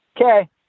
okay